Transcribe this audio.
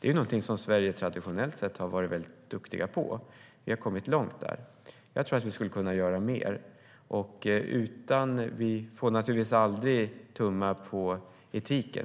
Det är någonting som vi i Sverige traditionellt sett har varit väldigt duktiga på. Vi har kommit långt där. Jag tror att vi skulle kunna göra mer. Vi får naturligtvis aldrig tumma på etiken.